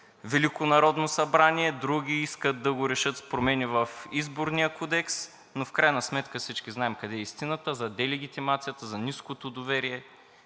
Велико народно събрание, други искат да го решат с промени в Изборния кодекс, но в крайна сметка всички знаем къде е истината – за делегитимацията, за ниското доверие,